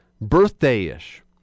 birthday-ish